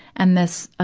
and this,